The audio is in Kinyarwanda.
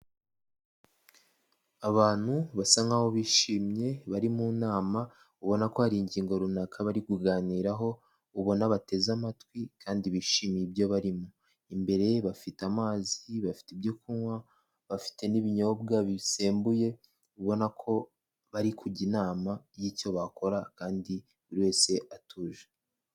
Abantu basa nkaho bishimye bari mu nama, ubona ko hari ingingo runaka bari kuganiraho, ubona bateze amatwi kandi bishimiye ibyo barimo. Imbere bafite amazi, bafite ibyo kunywa, bafite n'ibinyobwa bisembuye, ubona ko bari kujya inama y'icyo bakora kandi buri wese atuje.